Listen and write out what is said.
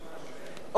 אורית נוקד,